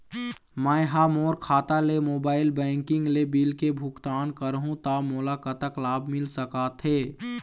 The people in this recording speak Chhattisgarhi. मैं हा मोर खाता ले मोबाइल बैंकिंग ले बिल के भुगतान करहूं ता मोला कतक लाभ मिल सका थे?